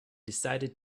decided